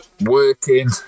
working